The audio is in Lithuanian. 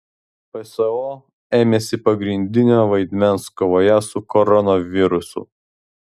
pso ėmėsi pagrindinio vaidmens kovoje su koronavirusu